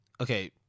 Okay